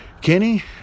Kenny